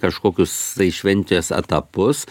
kažkokius tai šventės etapus